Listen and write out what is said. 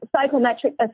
psychometric